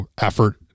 effort